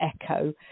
echo